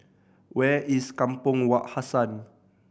where is Kampong Wak Hassan